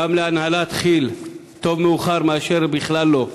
גם להנהלת כי"ל, טוב מאוחר מאשר בכלל לא,